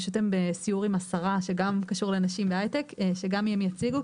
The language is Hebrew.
פשוט הם בסיור עם השרה שגם קשור לנשים בהיי-טק שגם הם יציגו,